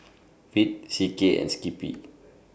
Veet C K and Skippy